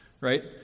right